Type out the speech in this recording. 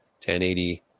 1080